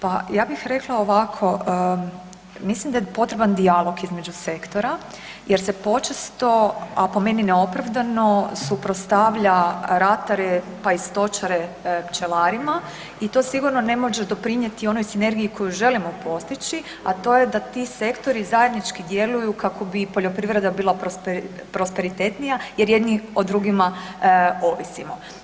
Pa ja bih rekla ovako, mislim da je potreban dijalog između sektora jer se počesto, a po meni neopravdano suprotstavlja ratare pa i stočare pčelarima i to sigurno ne može doprinijeti onoj sinergiji koju želimo postići, a to je da ti sektori zajednički djeluju kako bi poljoprivreda bila prosperitetnija jer jedni o drugima ovisimo.